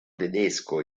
tedesco